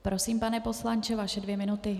Prosím, pane poslanče, vaše dvě minuty.